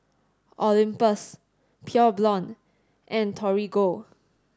Olympus Pure Blonde and Torigo